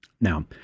Now